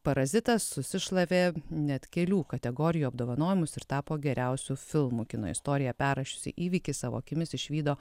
parazitas susišlavė net kelių kategorijų apdovanojimus ir tapo geriausiu filmu kino istoriją perrašiusi įvykį savo akimis išvydo